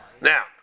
Now